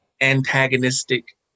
antagonistic